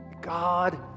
God